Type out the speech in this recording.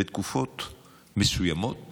בתקופות מסוימות